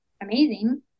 amazing